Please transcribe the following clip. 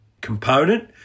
component